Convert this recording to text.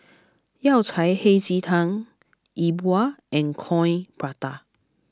Yao Cai Hei Ji Tang Yi Bua and Coin Prata